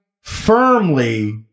firmly